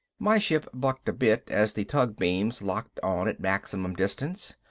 my ship bucked a bit as the tug-beams locked on at maximum distance.